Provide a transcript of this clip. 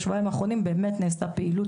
בשבועיים האחרונים באמת נעשתה פעילות